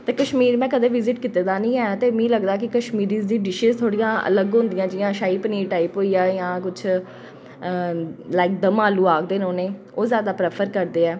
ते कश्मीर में कदें विजिट कीते दा निं ऐ ते मिगी लगदा कि कश्मीरी डिशिज़ थोह्ड़ियां अलग होंदियां जियां शाही पनीर टाइप होई गेआ जां कुछ लाइक दम आलू आखदे उनेंगी ओह् जादा प्रेफर करदे ऐ